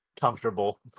comfortable